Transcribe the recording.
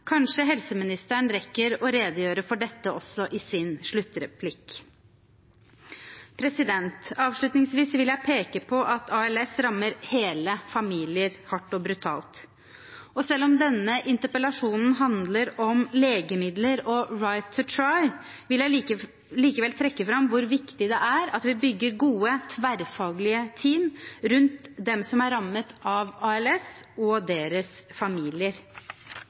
Kanskje helseministeren rekker å redegjøre også for dette i sin sluttreplikk. Avslutningsvis vil jeg peke på at ALS rammer hele familier hardt og brutalt. Selv om denne interpellasjonen handler om legemidler og «right to try», vil jeg likevel trekke fram hvor viktig det er at vi bygger gode, tverrfaglige team rundt dem som er rammet av ALS, og deres familier.